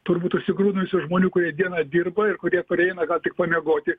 turbūt užsigrūdinusių žmonių kurie dieną dirba ir kurie pareina gal tik pamiegoti